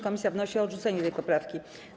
Komisja wnosi o odrzucenie tej poprawki.